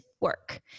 work